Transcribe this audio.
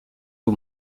aux